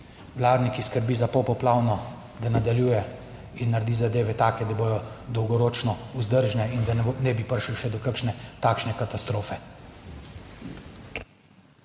Vladi, ki skrbi za popoplavno, da nadaljuje in naredi zadeve take, da bodo dolgoročno vzdržne in da ne bi prišlo še do kakšne takšne katastrofe.